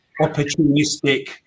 opportunistic